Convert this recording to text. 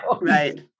Right